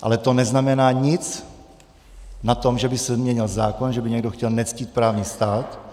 Ale to neznamená nic na tom, že by se změnil zákon, že by někdo chtěl nectít právní stát.